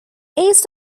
east